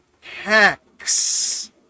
hacks